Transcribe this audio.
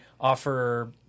offer